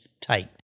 tight